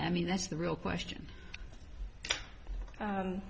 i mean that's the real question